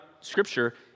Scripture